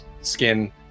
skin